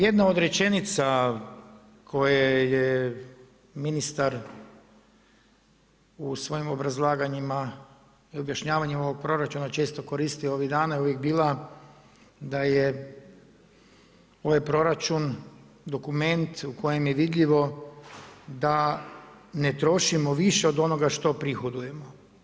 Jedna od rečenica koje je ministar u svojim obrazlaganjima i objašnjavanjem ovog proračuna često koristio ovih dana je uvijek bila da je ovaj proračun dokument u kojem je vidljivo da ne trošimo više od onoga što prihodujemo.